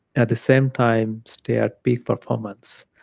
at the same time stay at peak performance.